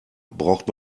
braucht